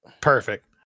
Perfect